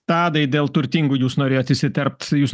tadai dėl turtingų jūs norėjot įsiterpt jūs